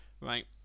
Right